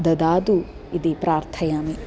ददातु इति प्रार्थयामि